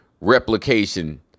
replication